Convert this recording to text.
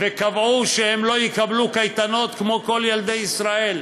וקבעו שהם לא יקבלו קייטנות כמו כל ילדי ישראל,